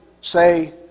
say